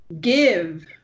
give